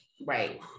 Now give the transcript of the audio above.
Right